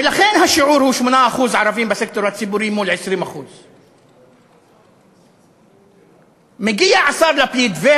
ולכן השיעור הוא 8% ערבים בסקטור הציבורי מול 20%. מגיע השר לפיד,